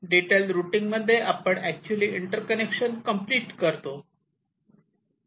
detail routing मध्ये आपण actually interconnection complete करतो